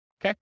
Okay